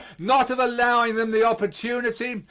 not of allowing them the opportunity,